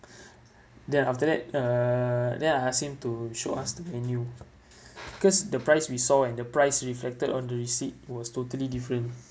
then after that uh then I ask him to show us the menu because the price we saw and the price reflected on the receipt was totally different